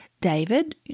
David